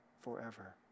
forever